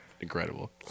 incredible